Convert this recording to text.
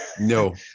No